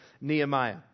Nehemiah